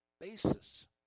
basis